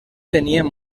tenien